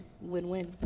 win-win